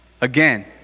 Again